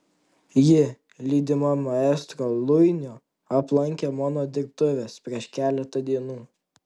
ji lydima maestro luinio aplankė mano dirbtuves prieš keletą dienų